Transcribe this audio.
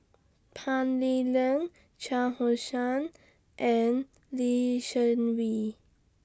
Tan Lee Leng Shah Hussain and Lee Seng Wee